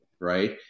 right